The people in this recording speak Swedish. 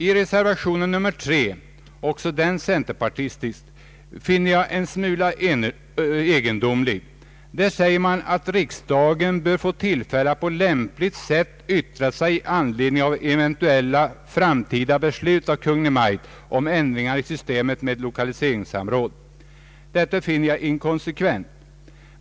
I reservation 3, också den centerpartistisk, finner jag det en smula egendomligt då man säger, att riksdagen bör få tillfälle att på lämpligt sätt yttra sig över eventuella framtida beslut av Kungl. Maj:t om ändringar i systemet med lokaliseringssamråd. Detta är inkonsekvent.